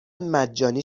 مجانی